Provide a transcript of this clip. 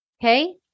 Okay